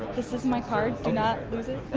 this is my card. do not lose it